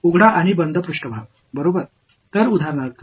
திறந்த மற்றும் மூடிய மேற்பரப்புகள்